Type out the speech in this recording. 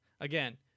again